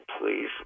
please